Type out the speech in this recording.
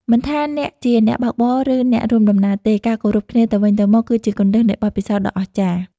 មិនថាអ្នកជាអ្នកបើកបរ ឬអ្នករួមដំណើរទេ ការគោរពគ្នាទៅវិញទៅមកគឺជាគន្លឹះនៃបទពិសោធន៍ដ៏អស្ចារ្យ។